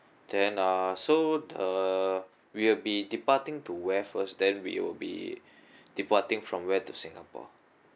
then uh so uh we'll be departing to where first then we will be departing from where to singapore